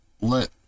let